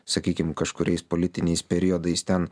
sakykim kažkuriais politiniais periodais ten